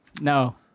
No